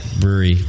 brewery